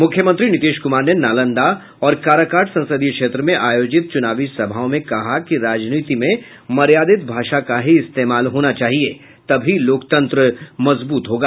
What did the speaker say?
मुख्यमंत्री नीतीश कुमार ने नालंदा और काराकाट संसदीय क्षेत्र में आयोजित चूनावी सभाओं में कहा कि राजनीति में मर्यादित भाषा का ही इस्तेमाल होना चाहिए तभी लोकतंत्र मजबूत होगा